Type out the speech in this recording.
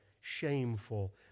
shameful